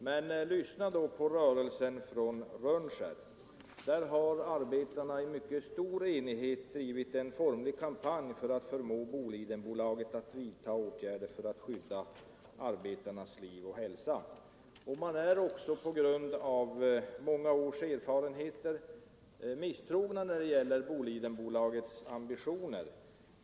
Men lyssna då på rörelsen från Rönnskär! Där har arbetarna i mycket stor enighet drivit en formlig kampanj för att förmå Bolidendbolaget att vidta åtgärder för att skydda arbetarnas liv och hälsa. Arbetarna är, på grund av många års erfarenheter, misstrogna mot Bolidenbolagets ambitioner.